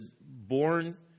born